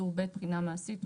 טור ב', בחינה מעשית.